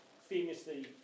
famously